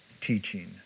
teaching